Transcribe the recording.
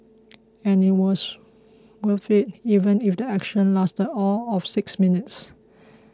and it was worth it even if the action lasted all of six minutes